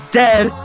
dead